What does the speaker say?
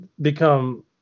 become